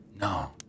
no